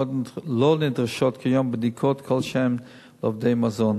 לא נדרשות כיום בדיקות כלשהן לעובדי מזון.